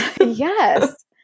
Yes